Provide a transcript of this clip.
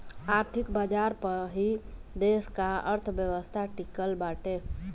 आर्थिक बाजार पअ ही देस का अर्थव्यवस्था टिकल बाटे